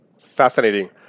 Fascinating